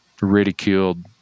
ridiculed